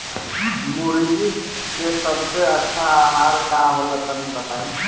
मुर्गी के सबसे अच्छा आहार का होला तनी बताई?